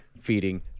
feeding